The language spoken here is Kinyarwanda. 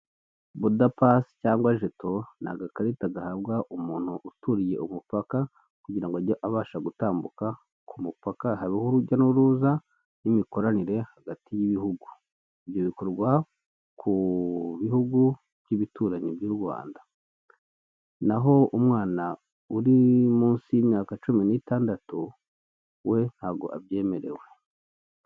Boda pasi cyangwa jeto ni agakarita gahabwa umuntu uturiye umupaka kugira ngo ajye abasha gutambuka ku mupaka hariho urujya n'uruza rw'imikoranire hagati y'ibihugu. Ibyo bikorwa hagati ku bihugu by'ibituranyi by' u Rwanda ntaho umwana uri munsi y'imyaka cumi n'itandatu we ntago abyemerewe.